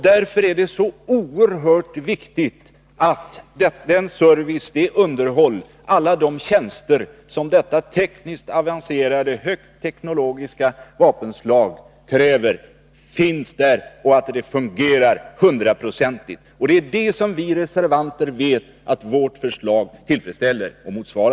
Därför är det så oerhört viktigt att service, underhåll och allt som ett högt teknologiskt och avancerat vapenslag kräver fungerar 100-procentigt. Det är dessa krav som vi reservanter vet att våra förslag tillfredsställer.